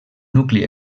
nucli